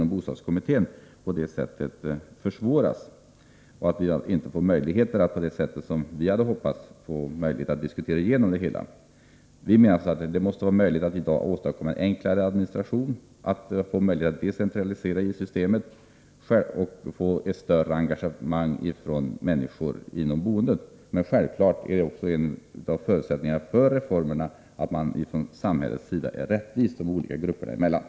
Vi får då inte möjlighet att där, så som vi hade hoppats, diskutera genom det hela. Vi menar att det måste vara möjligt att i dag åstadkomma en enklare administration, att decentralisera systemet och få till stånd ett större engagemang från människor för boendet. Men självfallet är också en av förutsättningarna för reformerna att samhället behandlar de olika grupperna rättvist.